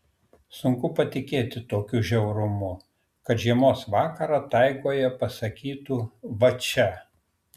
sunku patikėti tokiu žiaurumu kad žiemos vakarą taigoje pasakytų va čia